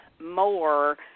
more